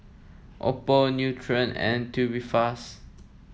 Oppo Nutren and Tubifast